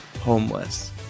homeless